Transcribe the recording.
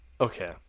Okay